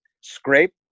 scrape